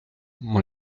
mon